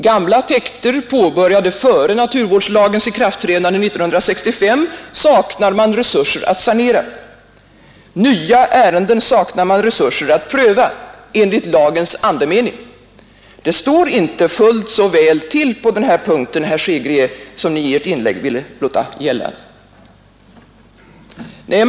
Gamla täkter, påbörjade före naturvårdslagens ikraftträdande 1965, saknar man resurser att sanera, nya ärenden saknar man resurser att pröva enligt lagens andemening. Det står inte fullt så väl till på den här punkten, herr Hansson i Skegrie, som Ni i ert inlägg ville göra gällande.